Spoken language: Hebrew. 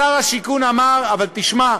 שר השיכון אמר: אבל תשמע,